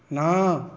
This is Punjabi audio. ਨਾਂਹ